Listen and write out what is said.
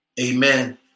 amen